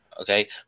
Okay